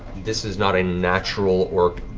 this is not a natural or